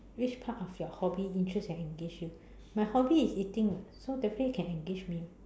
which part of your hobby interest can engage you my hobby is eating [what] so definitely can engage me [one]